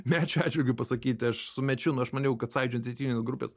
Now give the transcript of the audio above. mečio atžvilgiu pasakyti aš su mečiu nu aš maniau kad sąjūdžio iniciatyvinės grupės